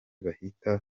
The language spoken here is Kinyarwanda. bahita